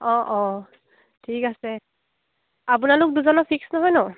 অঁ অঁ ঠিক আছে আপোনালোক দুজনৰ ফিক্স নহয় ন